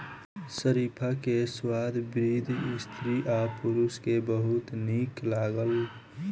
शरीफा के स्वाद वृद्ध स्त्री आ पुरुष के बहुत नीक लागल